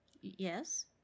Yes